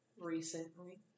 recently